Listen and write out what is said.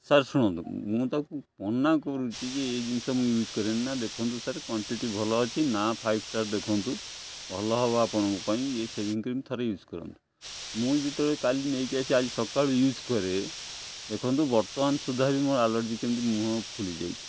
sir ଶୁଣନ୍ତୁ ମୁଁ ତାକୁ ମନା କରୁଛି ଯେ ଏ ଜିନିଷ ମୁଁ ୟୁଜ୍ କରେନି ନା ଦେଖନ୍ତୁ ସାର୍ କ୍ୱାଣ୍ଟିଟି ଭଲ ଅଛି ନା ଫାଇଭ୍ ଷ୍ଟାର୍ ଦେଖନ୍ତୁ ଭଲ ହେବ ଆପଣଙ୍କ ପାଇଁ ଏ ସେଭିଂ କ୍ରିମ୍ ଥରେ ୟୁଜ୍ କରନ୍ତୁ ମୁଁ ଯେତେବେଳେ କାଲି ନେଇକି ଆସି ଆଜି ସକାଳୁ ୟୁଜ୍ କରେ ଦେଖନ୍ତୁ ବର୍ତ୍ତମାନ ସୁଦ୍ଧା ବି ମୋର ଆଲର୍ଜି କେମିତି ମୁହଁ ଫୁଲି ଯାଇଛି